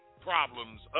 problems